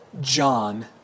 John